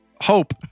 hope